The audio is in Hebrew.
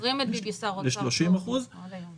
כן, זוכרים את ביבי שר אוצר עד היום.